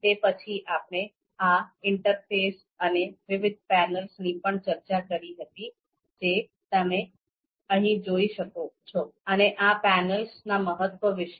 તે પછી આપણે આ ઇન્ટરફેસ અને વિવિધ પેનલ્સની પણ ચર્ચા કરી હતી જે તમે અહીં જોઈ શકો છો અને આ પેનલ્સના મહત્વ વિશે